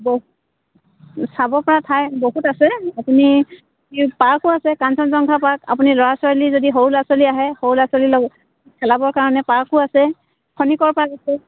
বহুত চাবপৰা ঠাই বহুত আছে আপুনি পাৰ্কো আছে কাঞ্চন জংঘা পাৰ্ক আপুনি ল'ৰা ছোৱালী যদি সৰু ল'ৰা ছোৱালী আহে সৰু ল'ৰা ছোৱালী খেলাবৰ কাৰণে পাৰ্কো আছে খনিকৰ পাৰ্ক আছে